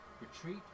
Retreat